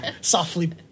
Softly